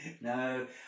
no